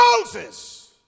Moses